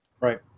Right